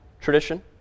tradition